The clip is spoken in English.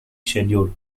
schedule